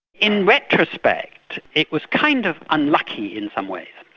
in retrospect it was kind of unlucky in some ways.